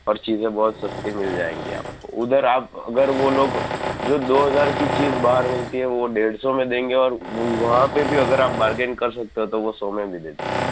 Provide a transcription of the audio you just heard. ઓર ચીઝે બહોત સસ્તી મિલ જાયેંગી આપકો ઊધર આપ અગર વો લોગ જો દો હજાર કી ચીઝ બહાર મિલતી હૈ વો દેઢસો મેં દેંગે ઓર વ વહાં પે ભી અગર આપ બાર્ગેન કર સકતે હો તો વો સો મેં ભી દે દેંગે